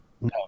No